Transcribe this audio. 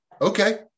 Okay